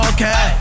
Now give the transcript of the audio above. Okay